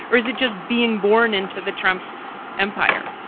or is it just being born into the trump empire?